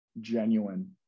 genuine